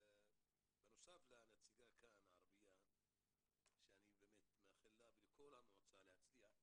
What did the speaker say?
בנוסף לנציגה הערבייה שאני מאחל לה ולכל המועצה להצליח,